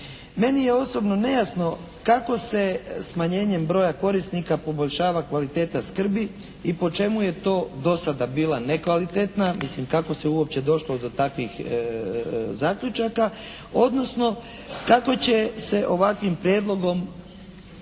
Meni je osobno nejasno kako se smanjenjem broja korisnika poboljšava kvaliteta skrbi i po čemu je to dosada bila nekvalitetna, mislim kako se uopće došlo do takvih zaključaka? Odnosno kako će se ovakvim prijedlogom